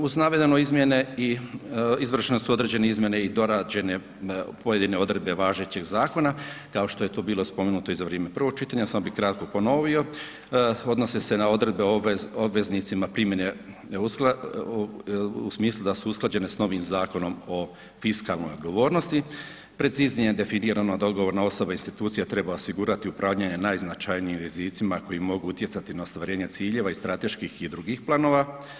Uz navedene izmjene, izvršene su određene izmjene i dorađene pojedine odredbe važećeg zakona kao što je to bilo spomenuto i za vrijeme prvog čitanja, samo bi kratko ponovio, odnose se na odredbe o obveznicima primjene u smislu da su usklađene s novim Zakonom o fiskalnoj odgovornosti, preciznije definirano da odgovorna osoba i institucija treba osigurati upravljanje najznačajnije rizicima koji mogu utjecati na ostvarenje ciljeva i strateških i drugih planova.